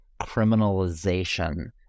criminalization